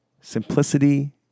simplicity